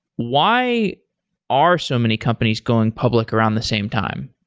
why are so many companies going public around the same time?